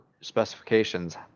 specifications